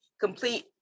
complete